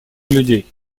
людей